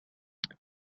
the